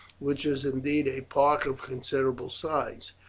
which was indeed a park of considerable size,